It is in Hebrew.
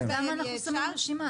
אז למה בעצם שמים רשימה?